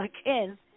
again